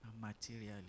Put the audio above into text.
materially